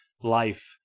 life